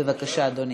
בבקשה, אדוני.